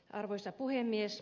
arvoisa puhemies